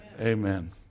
Amen